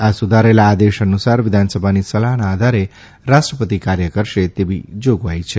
આ સુધારેલા આદેશ નુસાર વિધાનસભાની સલાહના આધારે રાષ્ટ્રપતિ કાર્ય કરશે તેવી જાગવાઇ છે